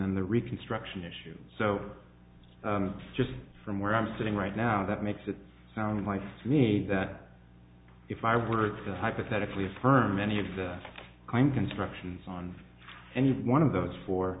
then the reconstruction issue so just from where i'm sitting right now that makes it sound like to me that if i were to hypothetically affirm any of the crime constructions on any one of those fo